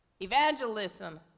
evangelism